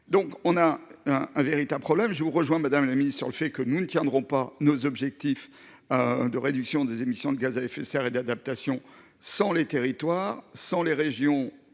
donc un véritable problème. D’ailleurs, madame la ministre, je vous rejoins sur le fait que nous ne tiendrons pas nos objectifs de réduction des émissions de gaz à effet de serre et d’adaptation sans les territoires, sans les régions